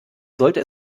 sollte